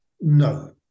No